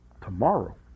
tomorrow